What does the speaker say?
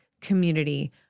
community